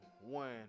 one